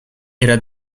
era